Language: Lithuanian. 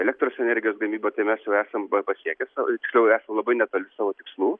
elektros energijos gamybą tai mes esam pa pasiekę tiksliau esam labai netoli savo tikslų